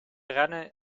rennen